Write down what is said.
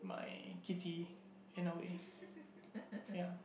my kitty in a way yeah